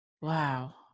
wow